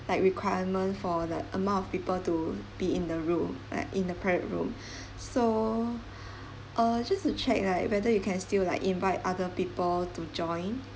like requirement for the amount of people to be in the room like in the private room so uh just to check like whether you can still like invite other people to join